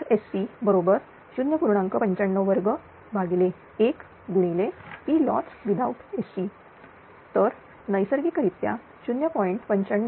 95 21 Ploss तर नैसर्गिक रित्या 0